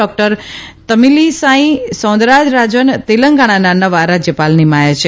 doctor Tamilisai Soundararajan તેલંગણાના નવા રાજ્યપાલ નિમાયા છે